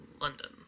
London